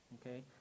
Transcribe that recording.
okay